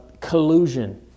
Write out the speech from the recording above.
collusion